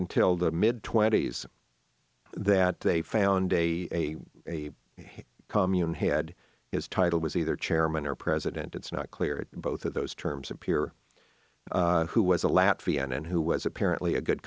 until the mid twenties that they found a commune had his title was either chairman or president it's not clear that both of those terms of pure who was a latvian and who was apparently a good